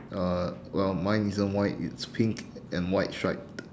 uh well mine isn't white it's pink and white striped